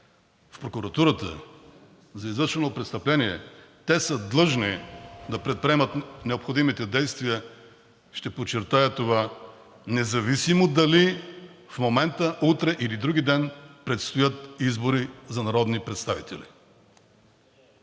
в прокуратурата за извършено престъпление, те са длъжни да предприемат необходимите действия, ще подчертая това, независимо дали в момента, утре или вдругиден предстоят избори за народни представители.